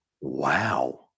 Wow